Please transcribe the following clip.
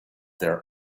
their